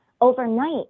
overnight